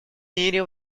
мире